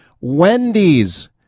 Wendy's